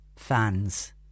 Fans